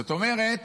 זאת אומרת,